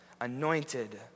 anointed